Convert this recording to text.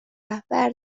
رهبر